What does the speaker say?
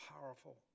powerful